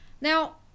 Now